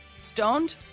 Stoned